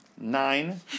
nine